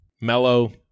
Mellow